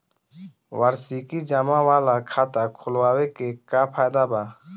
वार्षिकी जमा वाला खाता खोलवावे के का फायदा बा?